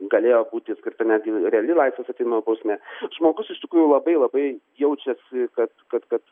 galėjo būti skirta netgi reali laisvės atėmimo bausmė žmogus iš tikrųjų labai labai jaučiasi kad kad kad